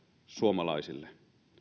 suomalaisille